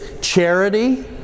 charity